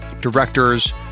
directors